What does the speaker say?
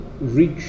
reach